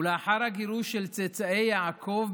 ולאחר הגירוש של צאצאי יעקב,